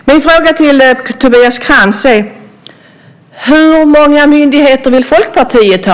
Min fråga till Tobias Krantz är: Hur många myndigheter vill Folkpartiet ha?